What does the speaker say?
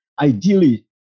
ideally